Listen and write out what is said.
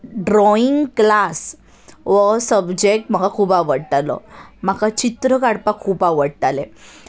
drawing class हो subject म्हाका खूब आवडटालो म्हाका चित्र काडपाक खूब आवडटालें